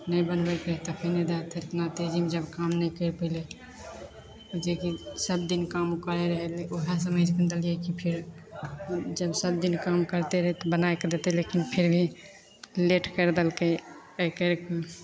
नहि बनबैके रहै तऽ पहिले दै देतै रहै एतना तेजीमे जब काम नहि करि पएलै जेकि सबदिन काम करै रहै वएह समझिके ने देलिए कि फेर जब सबदिन काम करिते रहै तऽ बनैके देतै लेकिन फिर भी लेट करि देलकै एहिके